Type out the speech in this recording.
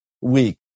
weak